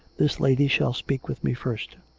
this lady shall speak with me first.